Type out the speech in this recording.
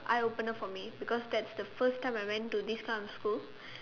eye opener for me because that's the first time I went to this kind of school